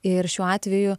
ir šiuo atveju